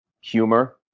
humor